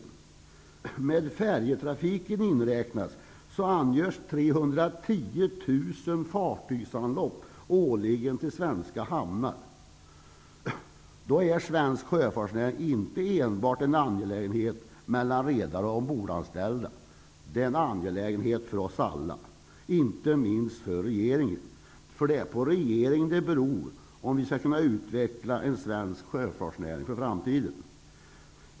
Om färjetrafiken räknas in angörs Då är svensk sjöfartsnäring inte enbart en angelägenhet för redare och ombordanställda. Den är en angelägenhet för oss alla, inte minst för regeringen. Det är nämligen på regeringen det beror om vi skall kunna utveckla en svensk sjöfartsnäring för framtiden.